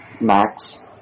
Max